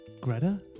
Greta